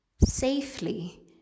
safely